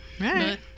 Right